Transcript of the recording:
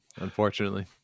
unfortunately